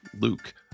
Luke